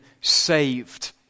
saved